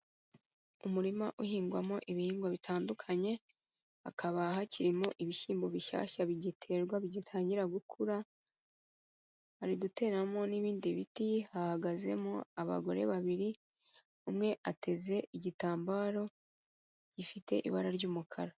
Umurima uhingwamo ibihingwa bitandukanye, hakaba hakirimo ibishyimbo bishyashya bigiterwa bigitangira gukura, bari guteramo n'ibindi biti, hahagazemo abagore babiri, umwe ateze igitambaro gifite ibara ry'umukara.